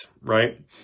right